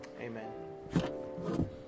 Amen